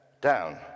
down